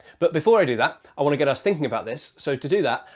but before i do that, i want to get us thinking about this. so, to do that,